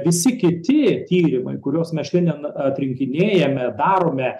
visi kiti tyrimai kuriuos mes šiandien atrinkinėjame darome